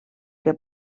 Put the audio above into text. que